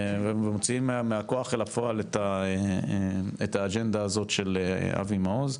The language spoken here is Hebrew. ומוציאים מהכוח אל הפועל את האג'נדה הזאת של אבי מעוז.